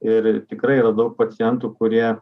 ir tikrai yra daug pacientų kurie